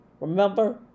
Remember